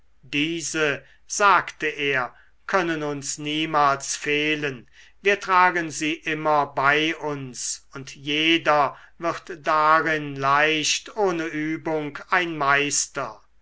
diese sagte er können uns niemals fehlen wir tragen sie immer bei uns und jeder wird darin leicht ohne übung ein meister